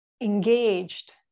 engaged